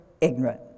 ignorant